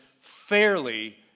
fairly